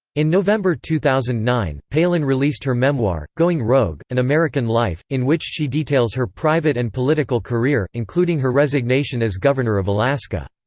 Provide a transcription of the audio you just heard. in november two thousand and nine, palin released her memoir, going rogue an american life, in which she details her private and political career, including her resignation as governor of alaska.